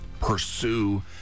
pursue